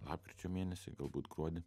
lapkričio mėnesį galbūt gruodį